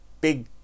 big